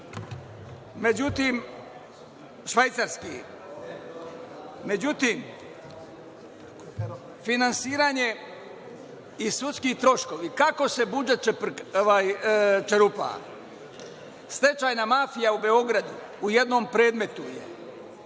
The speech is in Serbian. je to švajcarski sir, međutim, finansiranje i sudski troškovi, kako se budžet čerupa? Stečajna mafija u Beogradu u jednom predmetu je